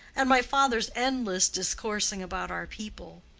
and my father's endless discoursing about our people,